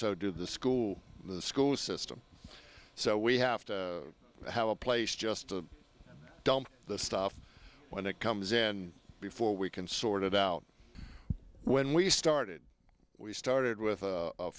so do the school the school system so we have to have a place just to dump the stuff when it comes in before we can sort it out when we started we started with